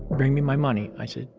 bring me my money. i said,